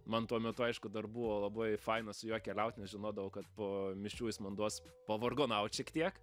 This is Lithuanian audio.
man tuo metu aišku dar buvo labai faina su juo keliaut nes žinodavau kad po mišių jis man duos pavargonaut šiek tiek